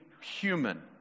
human